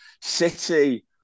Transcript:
city